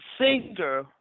singer